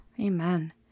Amen